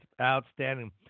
Outstanding